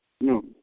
No